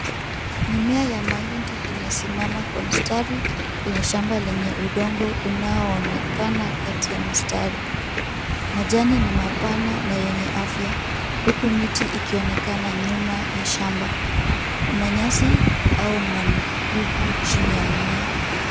Mimea ya mahindi imesimama kwa mstari kwenye shamba la udongo unaoonekana kati ya mistari. Majani ni mapana na yenye afya, huku miti ikionekana nyuma ya shamba. Kuna nyasi au magugu chini ya mimea.